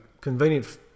convenient